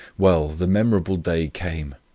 well, the memorable day came.